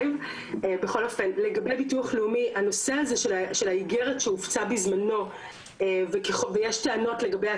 הנושא הזה של האיגרת שהופצה בזמנו ויש טענות לגבי הטעיה בתוכן שלה,